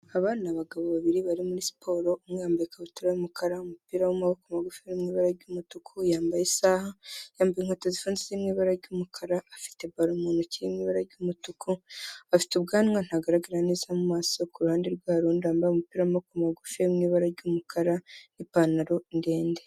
Abana ni abagabo babiri bari muri siporo, umwe yambayeka ikabutura y'umukara, umupira w'amaboko magufiya uri mu ibara ry'umutuku, yambaye isaha, yambaye inkweto zifunze ziri mu iba ry'umukara, afite baro mu ntoki iri mu ibara ry'umutuku, afite ubwanwa ntagaragara neza mu maso ku ruhande rwabo hari undi wambaye umupira w'amaboko magufiya uri mu ibara ry'umukara n'ipantaro ndende.